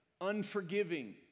unforgiving